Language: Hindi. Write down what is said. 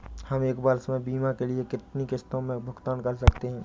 हम एक वर्ष में बीमा के लिए कितनी किश्तों में भुगतान कर सकते हैं?